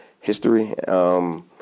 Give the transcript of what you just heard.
history